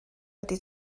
wedi